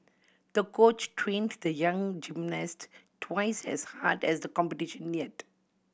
the coach trained the young gymnast twice as hard as the competition neared